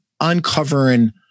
uncovering